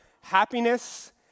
happiness